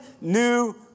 new